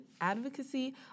advocacy